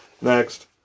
Next